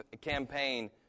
campaign